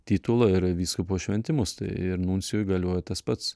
titulą ir vyskupo šventimus tai ir nuncijui galioja tas pats